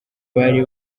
bari